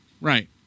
right